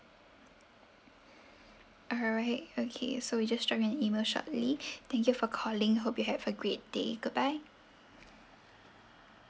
alright okay so we just drop you an email shortly thank you for calling hope you have a great day goodbye